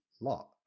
lot